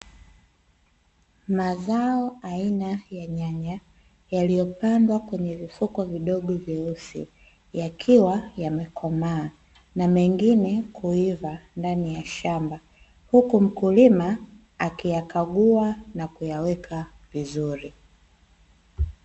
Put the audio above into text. Mazao aina ya nyanya yaliyopandwa kwenye vifuko vidogo vyeusi, yakiwa yamekomaa na mengine kuiva ndani ya shamba, huku mkulima akiyakagua na kuyaweka vizuri.